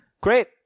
Great